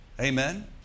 Amen